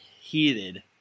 heated